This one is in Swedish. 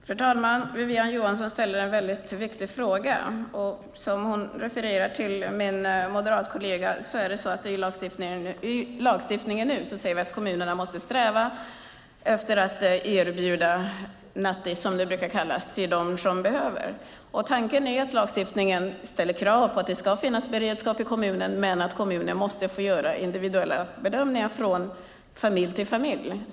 Fru talman! Wiwi-Anne Johansson ställde en viktig fråga. Hon refererar till min moderata kollega. Av den nuvarande lagstiftningen framgår att kommunerna måste sträva efter att erbjuda nattis - som det brukar kallas - till dem som behöver. Tanken är att lagstiftningen ställer krav på att det ska finnas beredskap i kommunen men att kommunen måste få göra individuella bedömningar från familj till familj.